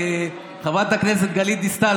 חברת הכנסת גלית דיסטל,